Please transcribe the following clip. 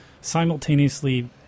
simultaneously